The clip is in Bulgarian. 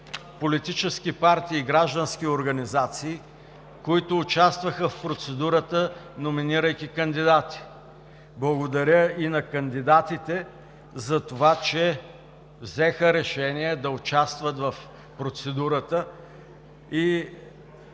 политически партии и граждански организации, които участваха в процедурата, номинирайки кандидати. Благодаря и на кандидатите за това, че взеха решение да участват в процедурата и